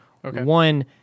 One